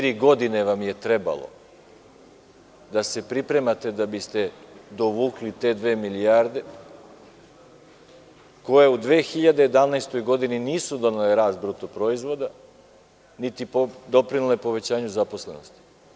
Četiri godine vam je trebalo da se pripremite da biste dovukli te dve milijarde, koje u 2011. godini nisu dovele rast BDP, niti doprinele povećanju zaposlenosti.